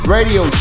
Radio